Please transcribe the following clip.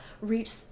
reach